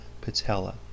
patella